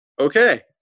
okay